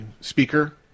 speaker